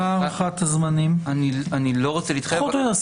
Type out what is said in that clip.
מהי הערכת הזמנים, פחות או יותר?